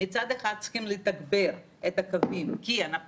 מצד אחד צריכים לתגבר את הקווים כי אנחנו